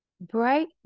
Bright